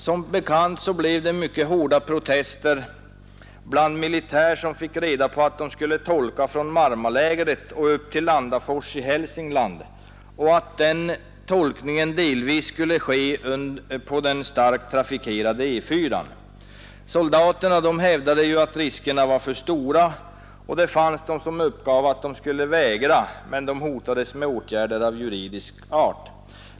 Som bekant blev det mycket hårda protester bland soldater som i vintras fick reda på att de skulle tolka från Marmalägret och upp till Landafors i Hälsingland och att den förflyttningen delvis skulle ske efter den starkt trafikerade E 4:an. Soldaterna hävdade att riskerna var för stora, men de som uppgav att de skulle vägra hotades med åtgärder av juridisk art.